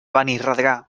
benirredrà